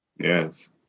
Yes